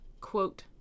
quote